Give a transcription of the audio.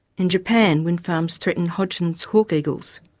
in japan, wind farms threaten hodgson's hawk eagles.